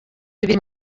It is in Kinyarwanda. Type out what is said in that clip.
bibiri